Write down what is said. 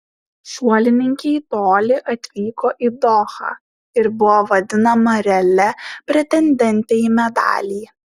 šuolininkė į tolį atvyko į dohą ir buvo vadinama realia pretendente į medalį